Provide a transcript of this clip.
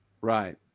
right